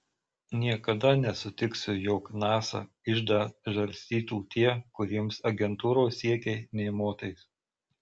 niekada nesutiksiu jog nasa iždą žarstytų tie kuriems agentūros siekiai nė motais